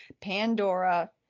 Pandora